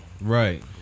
Right